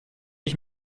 ich